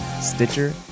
Stitcher